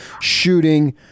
shooting